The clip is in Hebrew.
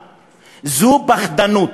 זו פחדנות.